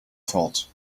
thought